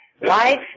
Life